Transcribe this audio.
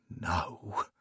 no